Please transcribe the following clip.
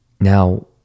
Now